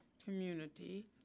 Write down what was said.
community